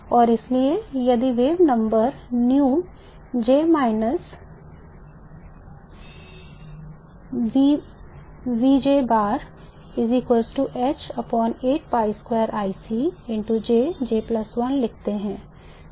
और इसलिए यदि हम वेव संख्याएँ नू J लिखते हैं